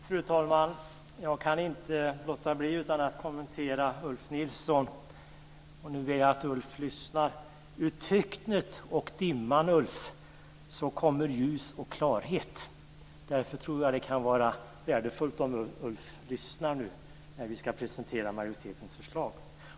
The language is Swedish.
Fru talman! Jag kan inte låta bli att kommentera Ulf Nilsson. Nu ber jag att Ulf Nilsson lyssnar. Ur töcknet och dimman kommer ljus och klarhet. Därför tror jag att det kan vara värdefullt om Ulf Nilsson lyssnar nu när vi ska presentera majoritetens förslag.